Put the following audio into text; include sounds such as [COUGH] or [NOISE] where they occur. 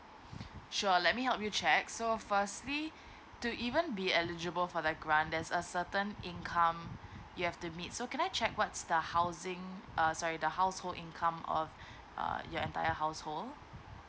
sure let me help you check so firstly [BREATH] to even be eligible for that grant there's a certain income you have to meet so can I check what's the housing uh sorry the household income of uh your entire household